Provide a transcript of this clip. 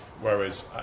Whereas